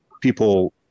people